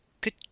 Good